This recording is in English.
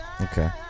Okay